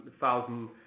thousand